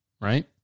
right